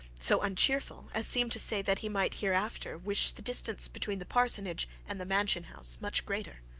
so uncheerful, as seemed to say, that he might hereafter wish the distance between the parsonage and the mansion-house much greater.